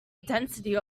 density